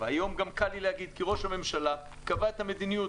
היום כבר קל לי להגיד כי ראש הממשלה קבע את המדיניות